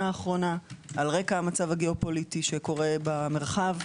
האחרונה על רקע המצב הגיאו פוליטי שקורה במרחב.